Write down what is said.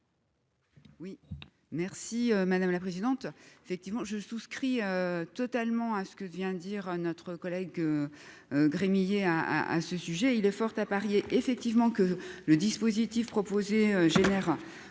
Oui merci madame la présidente, effectivement je souscris totalement à ce que vient dire notre collègue grenier à à ce sujet, il est fort à parier, effectivement que le dispositif proposé génère